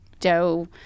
dough